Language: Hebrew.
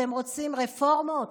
אתם רוצים רפורמות?